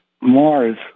Mars